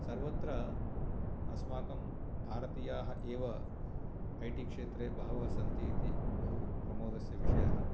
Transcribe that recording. सर्वत्र अस्माकं भारतीयाः एव ऐ टी क्षेत्रे बहवः सन्ति इति बहु प्रमोदस्य विषयः